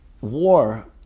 War